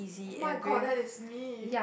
oh-my-god that is me